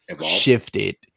shifted